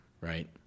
right